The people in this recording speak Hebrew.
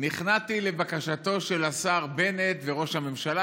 נכנעתי לבקשתם של השר בנט וראש הממשלה,